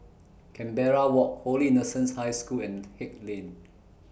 Canberra Walk Holy Innocents' High School and Haig Lane